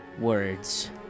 words